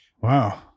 Wow